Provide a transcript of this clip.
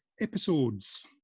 Episodes